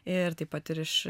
ir taip pat ir iš